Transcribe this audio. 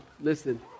Listen